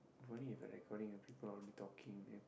if only if the recording the people already talking then